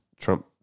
Trump